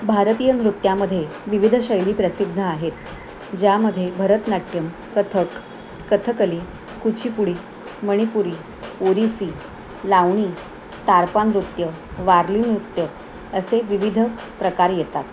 भारतीय नृत्यामध्ये विविध शैली प्रसिद्ध आहेत ज्यामध्ये भरतनाट्यम कथक कथकली कुचीपुडी मणिपुरी ओडिसी लावणी तारपा नृत्य वारली नृत्य असे विविध प्रकार येतात